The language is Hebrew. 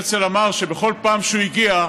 הרצל אמר שבכל פעם שהגיע,